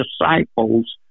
disciples